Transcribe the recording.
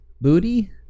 Booty